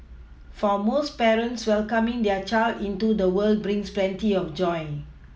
for most parents welcoming their child into the world brings plenty of joy